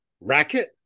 Racket